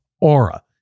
Aura